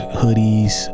hoodies